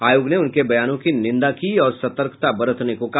आयोग ने उनके बयानों की निंदा की और सतर्कता बरतने को कहा